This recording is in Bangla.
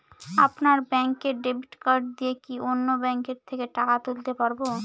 আপনার ব্যাংকের ডেবিট কার্ড দিয়ে কি অন্য ব্যাংকের থেকে টাকা তুলতে পারবো?